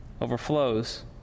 overflows